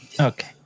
Okay